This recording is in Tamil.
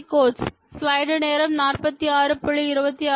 19 Wise Money Quotes